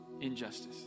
Injustice